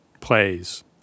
plays